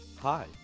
Hi